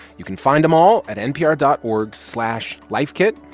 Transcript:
you can find them all at npr dot org slash lifekit.